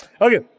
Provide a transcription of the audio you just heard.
Okay